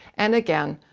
and again,